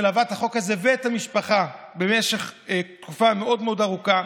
שמלווה את החוק הזה ואת המשפחה במשך תקופה מאוד מאוד ארוכה,